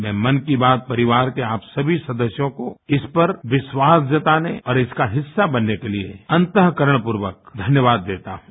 मैं मन की बात परिवार के आप सभी सदस्यों को इस पर विश्वास जताने और इसका हिस्सा बनने के लिए अन्तकरणपूर्वक धन्यवाद देता हूं